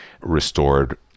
restored